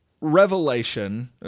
revelation